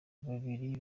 babiri